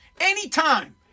anytime